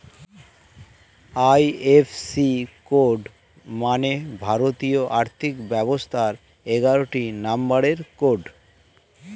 IFC code মানে ভারতীয় আর্থিক ব্যবস্থার এগারোটি নম্বরের কোড